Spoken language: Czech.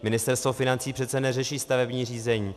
Ministerstvo financí přece neřeší stavební řízení.